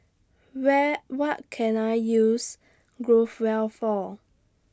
Where What Can I use Growell For